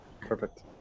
perfect